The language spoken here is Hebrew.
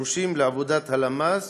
הדרושים לעבודת הלמ"ס,